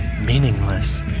meaningless